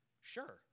Sure